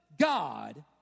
God